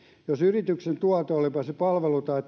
jos yrityksen tuote olipa se palvelu tai